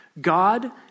God